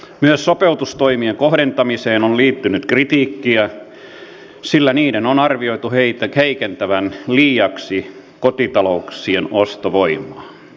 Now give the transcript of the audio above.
myös sopeutustoimien kohdentamiseen on liittynyt kritiikkiä sillä niiden on arvioitu heikentävän liiaksi kotitalouksien ostovoimaa